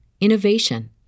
innovation